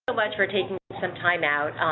much for taking some time out.